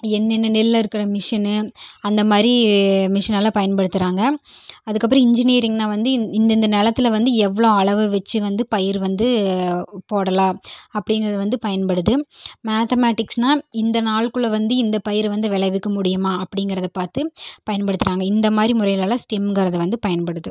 என்னென்ன நெல்லறுக்கிற மிஷினு அந்தமாரி மிஷினெல்லாம் பயன்படுத்துகிறாங்க அதுக்கப்புறம் இன்ஜினியரிங்னால் வந்து இன் இந்தந்த நிலத்துல வந்து எவ்வளோ அளவை வச்சி வந்து பயிர் வந்து போடலாம் அப்படின்றது வந்து பயன்படுது மேத்தமெட்டிக்ஸ்னால் இந்த நாள்க்குள்ள வந்து இந்த பயிர் வந்து விளைவிக்க முடியுமா அப்படிங்கிறத பார்த்து பயன்படுத்துகிறாங்க இந்தமாதிரி முறையிலலாம் ஸ்டெம்ங்கிறது வந்து பயன்படுது